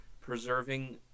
preserving